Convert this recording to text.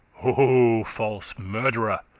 o false murd'rer!